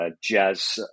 jazz